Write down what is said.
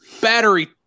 battery